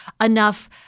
enough